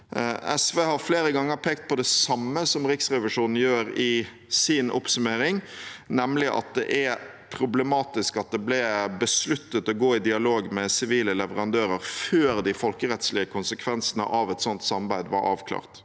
SV har flere ganger pekt på det samme som Riksrevisjonen gjør i sin oppsummering, nemlig at det er problematisk at det ble besluttet å gå i dialog med sivile leverandører før de folkerettslige konsekvensene av et sånt samarbeid var avklart.